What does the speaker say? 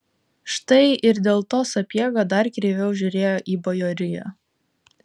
štai ir dėl to sapiega dar kreiviau žiūrėjo į bajoriją